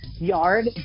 yard